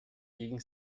gegen